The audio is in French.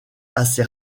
assez